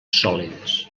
sòlides